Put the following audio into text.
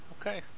Okay